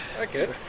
Okay